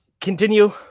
continue